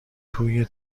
توی